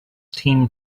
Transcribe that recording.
team